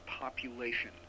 population